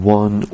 one